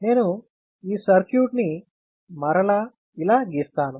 నేను ఈ సర్క్యూట్ ని మరలా ఇలా గీస్తాను